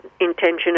Intention